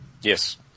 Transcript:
Yes